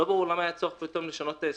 לא ברור למה היה צורך לשנות פתאום את ההסכם.